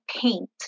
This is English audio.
paint